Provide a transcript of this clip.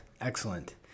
excellent